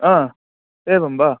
एवं वा